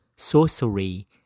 sorcery